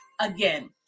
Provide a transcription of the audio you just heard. Again